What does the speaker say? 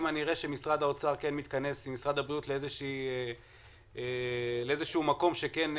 אם אני אראה שמשרד האוצר מתכנס עם משרד הבריאות והם יכולים